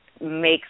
make